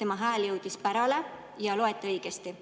tema hääl jõudis pärale ja loeti õigesti.